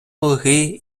луги